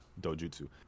Dojutsu